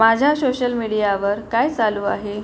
माझ्या शोशल मिडीयावर काय चालू आहे